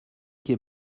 quai